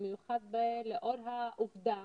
במיוחד לאור העובדה